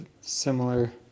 similar